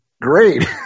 great